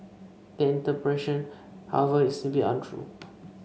that interpretation however is simply untrue